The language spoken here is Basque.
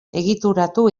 egituratu